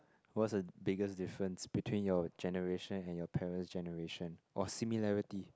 what's the biggest difference between your generation and your parent's generation or similarity